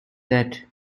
that